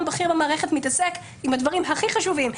הכי בכיר במערכת מתעסק עם הדברים הכי חשובים,